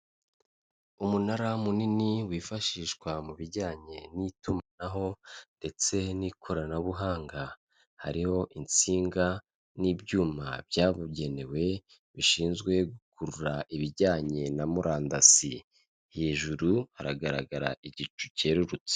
Umunara munini wifashishwa mu bijyanye n'itumanaho ndetse n'ikoranabuhanga harimo insinga n'ibyuma byabugenewe bishinzwe gukurura ibijyanye na murandasi, hejuru hagaragara igicu cyerurutse.